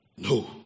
no